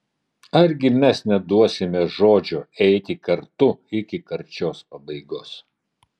argi mes neduosime žodžio eiti kartu iki karčios pabaigos